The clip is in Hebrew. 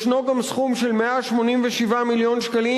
ישנו גם סכום של 187 מיליון שקלים